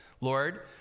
Lord